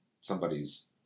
somebody's